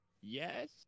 Yes